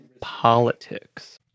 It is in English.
politics